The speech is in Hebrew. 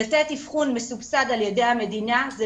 לתת אבחון מסובסד על ידי המדינה זה